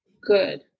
good